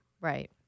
right